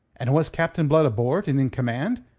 and was captain blood aboard and in command,